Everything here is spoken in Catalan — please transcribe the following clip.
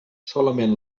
solament